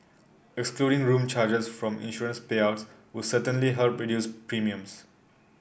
excluding room charges from insurance payouts would certainly help reduce premiums